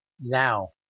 Now